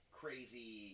crazy